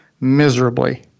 miserably